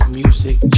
music